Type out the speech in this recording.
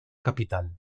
capital